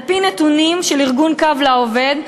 על-פי נתונים של ארגון "קו לעובד",